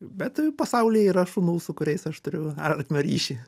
bet pasaulyje yra šunų su kuriais aš turiu artimą ryšį